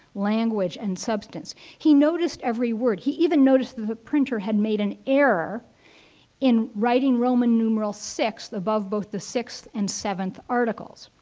language and substance. he noticed every word. he even noticed that the printer had made an error in writing roman numeral sixth above both the sixth and seventh articles.